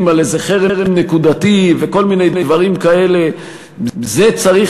על איזה חרם נקודתי וכל מיני דברים כאלה זה צריך